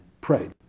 pray